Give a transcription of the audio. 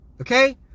Okay